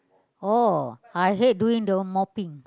oh I hate doing the mopping